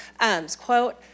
quote